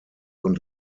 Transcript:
und